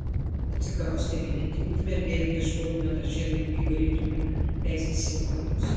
atsikraustę gyventi į ukmergę ieškojome darželio į kurį galėtumėme leisti savo vaikus